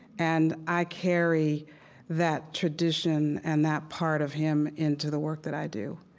and i carry that tradition and that part of him into the work that i do.